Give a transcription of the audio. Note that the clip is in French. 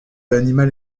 l’animal